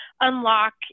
unlock